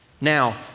Now